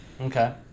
Okay